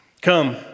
Come